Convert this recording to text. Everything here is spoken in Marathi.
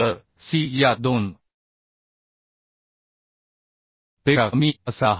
तर C या 2 पेक्षा कमी असायला हवा